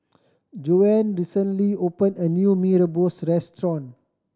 Joann recently open a new Mee Rebus restaurant